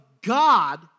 God